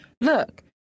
Look